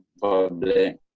public